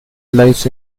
lies